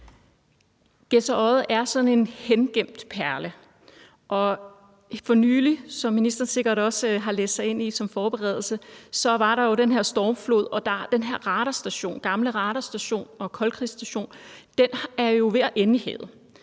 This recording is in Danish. Gedser Odde er sådan en hengemt perle, og for nylig, hvad ministeren sikkert også har læst sig ind i som forberedelse, var der jo den her stormflod, og den her gamle radarstation og koldkrigsstation er jo ved at ende i havet.